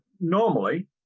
normally